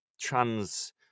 trans